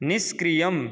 निष्क्रियम्